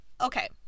okay